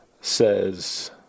says